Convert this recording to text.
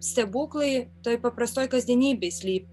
stebuklai toj paprastoj kasdienybėj slypi